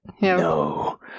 No